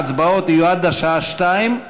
ההצבעות יהיו עד השעה 14:00,